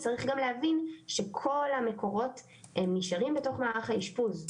צריך גם להבין שכל המקורות הם נשארים בתוך מערך האשפוז,